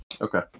Okay